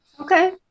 Okay